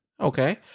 Okay